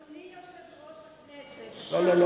לא,